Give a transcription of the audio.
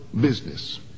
business